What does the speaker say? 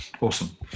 Awesome